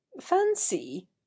fancy